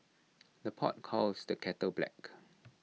the pot calls the kettle black